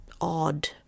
odd